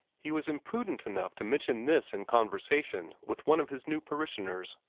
he was imprudent enough to mention this in conversation with one of his new parishioners.